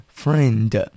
friend